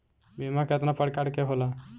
बीमा केतना प्रकार के होला?